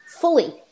fully